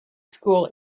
school